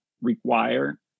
require